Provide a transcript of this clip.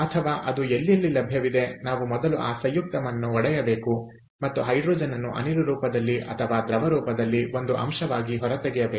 ಅಥವಾ ಅದು ಎಲ್ಲೆಲ್ಲಿ ಲಭ್ಯವಿದೆ ನಾವು ಮೊದಲು ಆ ಸಂಯುಕ್ತವನ್ನು ಒಡೆಯಬೇಕು ಮತ್ತು ಹೈಡ್ರೋಜನ್ ಅನ್ನು ಅನಿಲ ರೂಪದಲ್ಲಿ ಅಥವಾ ದ್ರವ ರೂಪದಲ್ಲಿ ಒಂದು ಅಂಶವಾಗಿ ಹೊರತೆಗೆಯಬೇಕು